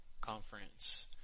Conference